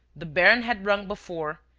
the baron had rung before,